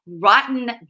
rotten